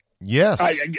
Yes